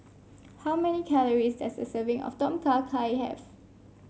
how many calories does a serving of Tom Kha Gai have